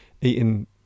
eating